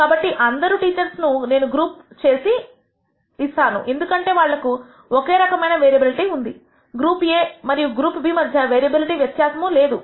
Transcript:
కాబట్టి అందరూ టీచర్స్ ను నేను గ్రూప్ చేసి చేస్తాను ఎందుకంటే వాళ్లకు ఒకే రకమైన వేరియబిలిటీ ఉంది గ్రూప్ A మరియు గ్రూప్B మధ్య వేరియబిలిటీ వ్యత్యాసము లేదు